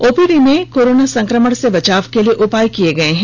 OPD में corona सं क्र मण से बचाव के लिए उपाय किये गये हैं